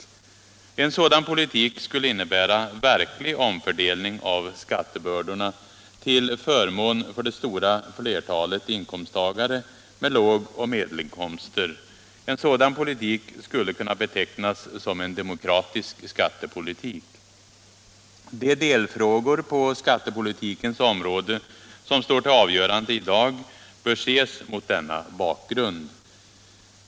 En sådan politik skulle innebära verklig omfördelning av skattebördorna till förmån för det stora flertalet inkomsttagare med lågoch medelinkomster. En sådan politik skulle kunna betecknas som en demokratisk skattepolitik. De delfrågor på skattepolitikens område som skall avgöras i dag bör ses mot denna bakgrund.